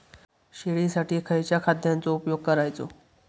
शेळीसाठी खयच्या खाद्यांचो उपयोग करायचो?